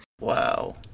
Wow